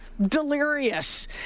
Delirious